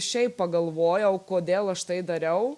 šiaip pagalvojau kodėl aš tai dariau